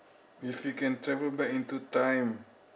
if you can travel back into time